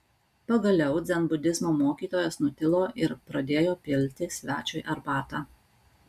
pagaliau dzenbudizmo mokytojas nutilo ir pradėjo pilti svečiui arbatą